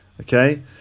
okay